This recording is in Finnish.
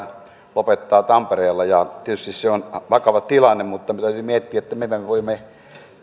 lopettaa tampereella tietysti se on vakava tilanne mutta meidän täytyy miettiä millä me voimme